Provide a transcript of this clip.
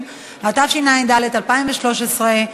התשע"ד 2014,